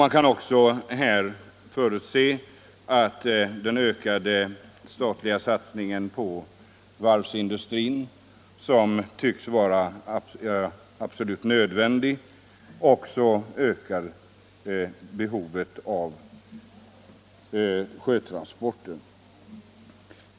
Man kan också förutse att den ökade statliga satsning på varvsindustrin som tycks vara absolut nödvändig kommer att öka behovet av sjötransporter.